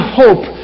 hope